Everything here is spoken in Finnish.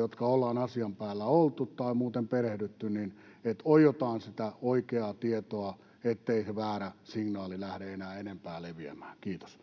jotka ollaan asian päällä oltu tai muuten perehdytty, osaltamme osallistutaan niin, että oiotaan sitä oikeaa tietoa, ettei väärä signaali lähde enää enempää leviämään. — Kiitos.